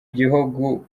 gihugu